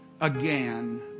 again